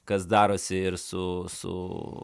kas darosi ir su su